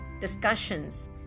discussions